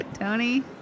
tony